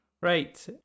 Right